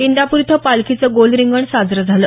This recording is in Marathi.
इंदापूर इथं पालखीचं गोल रिंगण साजरं झालं